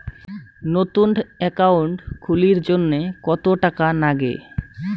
নতুন একাউন্ট খুলির জন্যে কত টাকা নাগে?